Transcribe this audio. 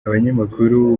abanyamakuru